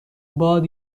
باد